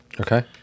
Okay